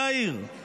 יאיר,